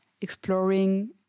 exploring